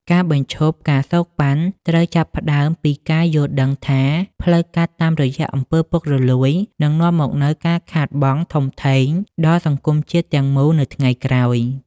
ការបញ្ឈប់ ការសូកប៉ាន់ ត្រូវចាប់ផ្ដើមពីការយល់ដឹងថា ផ្លូវកាត់តាមរយៈអំពើពុករលួយនឹងនាំមកនូវការខាតបង់ធំធេងដល់សង្គមជាតិទាំងមូលនៅថ្ងៃក្រោយ។